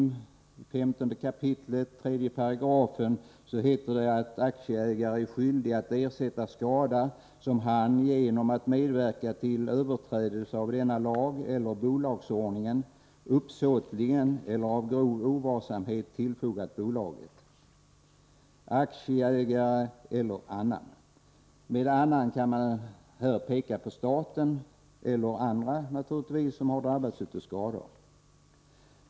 I 15 kap. 3§ heter det: ”Aktieägare är skyldig att ersätta skada som han genom att medverka till överträdelse av denna lag eller bolagsordningen uppsåtligen eller av grov oaktsamhet tillfogar bolaget, aktieägare eller annan.” Med ”annan” kan här menas staten eller andra som har drabbats av skador.